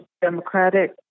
Democratic